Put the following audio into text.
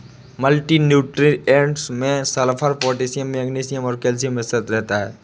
multi nutrients में sulphur, potassium magnesium और calcium मिश्रित रहता है